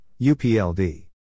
UPLD